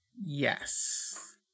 Yes